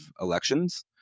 elections